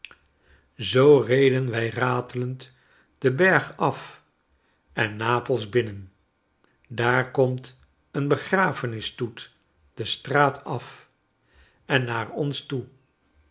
zooreden wij ratelend den berg af en napels binnen daar komt een begrafenisstoet de straat af en naar ons toe